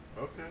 Okay